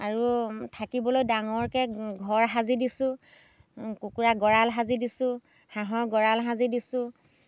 আৰু থাকিবলৈ ডাঙৰকে ঘৰ সাজি দিছোঁ কুকুৰা গঁড়াল সাজি দিছোঁ হাঁহৰ গঁড়াল সাজি দিছোঁ